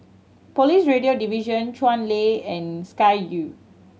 Police Radio Division Chuan Lane and Sky Vue